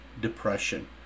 depression